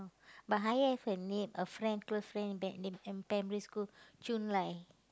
but I have a name a friend close friend that name in primary school Chun-Lai